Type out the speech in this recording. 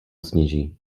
sněží